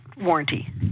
warranty